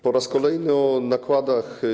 Po raz kolejny o nakładach.